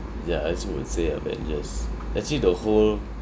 ya I also would say avengers actually the whole